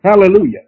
Hallelujah